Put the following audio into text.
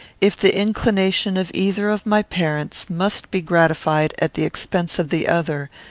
if the inclination of either of my parents must be gratified at the expense of the other,